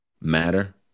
matter